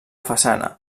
façana